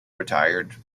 retired